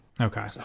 Okay